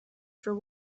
for